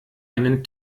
einen